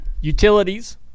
Utilities